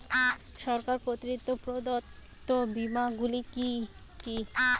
সরকার কর্তৃক প্রদত্ত বিমা গুলি কি কি?